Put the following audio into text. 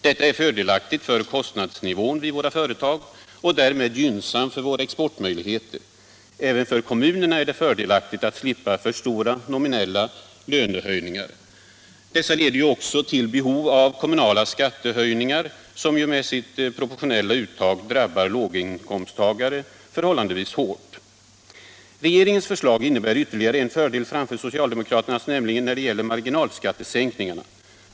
Detta är fördelaktigt för kostnadsnivån vid våra företag och därmed gynnsamt för våra exportmöjligheter. Även för kommunerna är det fördelaktigt att slippa för stora nominella lönehöjningar. Dessa leder ju också till behov av kommunala skattehöjningar, som med sitt proportionella uttag drabbar låginkomsttagare förhållandevis hårt. Regeringens förslag innebär ytterligare en fördel framför socialdemokraternas, nämligen när det gäller marginalskattesänkningarna.